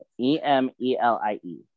E-M-E-L-I-E